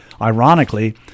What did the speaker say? Ironically